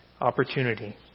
opportunity